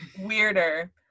Weirder